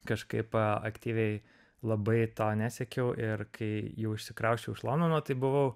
kažkaip aktyviai labai to nesiekiau ir kai jau išsikrausčiau iš londono tai buvau